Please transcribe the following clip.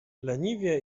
leniwie